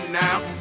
now